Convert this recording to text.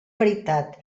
veritat